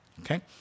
okay